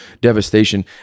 devastation